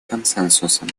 консенсусом